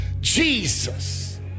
Jesus